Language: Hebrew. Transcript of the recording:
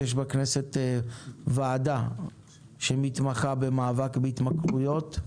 יש בכנסת ועדה שמתמחה במאבק בהתמכרויות,